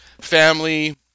family